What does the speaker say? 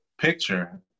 picture